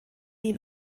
ihn